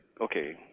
okay